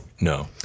No